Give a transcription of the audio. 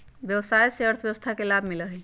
व्यवसाय से अर्थव्यवस्था के लाभ मिलइ छइ